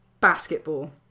basketball